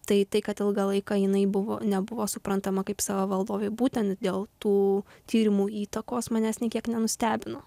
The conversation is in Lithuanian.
tai tai kad ilgą laiką jinai buvo nebuvo suprantama kaip sava valdovė būtent dėl tų tyrimų įtakos manęs nė kiek nenustebino